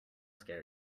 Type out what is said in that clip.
scary